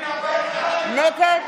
נגד